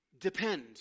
depend